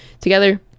together